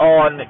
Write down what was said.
on